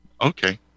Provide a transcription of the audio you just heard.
Okay